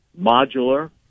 modular